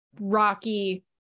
Rocky